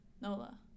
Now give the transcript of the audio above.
Nola